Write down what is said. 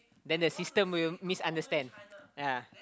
then the system will misunderstand yeah